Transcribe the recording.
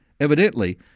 Evidently